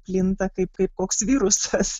plinta kaip kaip koks virusas